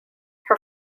her